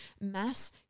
Mass